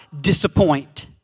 disappoint